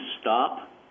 stop